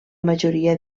majoria